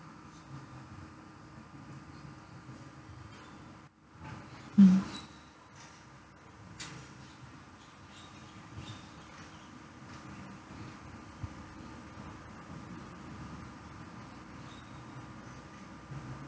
mm